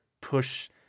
push